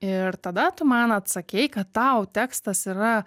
ir tada tu man atsakei kad tau tekstas yra